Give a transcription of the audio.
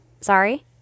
sorry